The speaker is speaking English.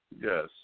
Yes